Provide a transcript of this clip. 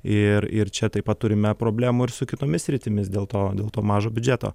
ir ir čia taip pat turime problemų ir su kitomis sritimis dėl to dėl to mažo biudžeto